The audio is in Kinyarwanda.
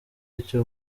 icyo